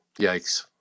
Yikes